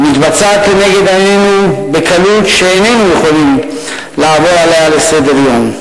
ומתבצעת לנגד עינינו בקלות שאיננו יכולים לעבור עליה לסדר-היום.